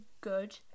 good